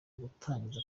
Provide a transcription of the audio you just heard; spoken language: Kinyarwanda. gutangiza